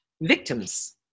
victims